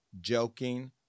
joking